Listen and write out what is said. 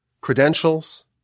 credentials